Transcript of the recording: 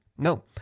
No